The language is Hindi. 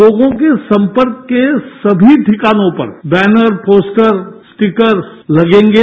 लोगों के संपर्क के सभीठिकानों पर बैनर पोस्टर स्टीकर्स लगेंगे